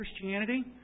Christianity